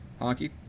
Honky